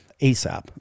ASAP